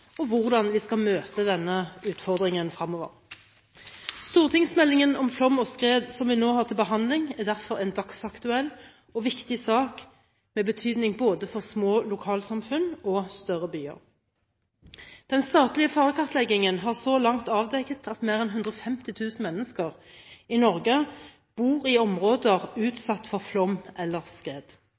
og hvordan vi skal møte denne utfordringen fremover. Stortingsmeldingen om flom og skred som vi nå har til behandling, er derfor en dagsaktuell og viktig sak med betydning for både små lokalsamfunn og større byer. Den statlige farekartleggingen har så langt avdekket at mer enn 150 000 mennesker i Norge bor i områder utsatt for flom eller skred.